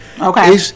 okay